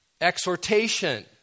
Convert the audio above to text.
exhortation